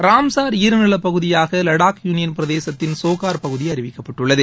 Ramsar ஈர நிலப் பகுதியாக லடாக் யூளியன் பிரதேசத்தின் சோ கார் பகுதி அறிவிக்கப்பட்டுள்ளது